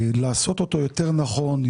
לעשות אותו יותר נכון,